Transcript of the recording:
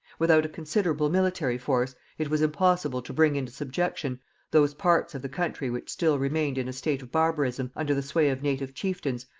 without a considerable military force it was impossible to bring into subjection those parts of the country which still remained in a state of barbarism under the sway of native chieftains,